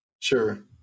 Sure